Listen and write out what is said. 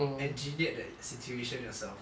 engineered that situation yourself